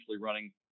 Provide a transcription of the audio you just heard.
running